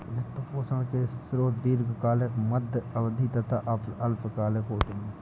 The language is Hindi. वित्त पोषण के स्रोत दीर्घकालिक, मध्य अवधी तथा अल्पकालिक होते हैं